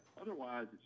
otherwise